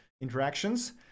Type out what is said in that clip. interactions